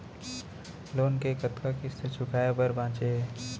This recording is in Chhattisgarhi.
लोन के कतना किस्ती चुकाए बर बांचे हे?